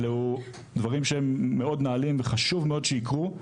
אלו דברים שהם מאוד נעלים וחשוב מאוד שיקרו,